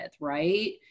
right